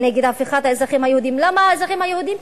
נגד הפיכת האזרחים היהודים, למה האזרחים היהודים?